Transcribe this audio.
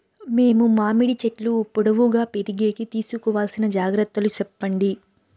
మేము మామిడి చెట్లు పొడువుగా పెరిగేకి తీసుకోవాల్సిన జాగ్రత్త లు చెప్పండి?